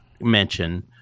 mention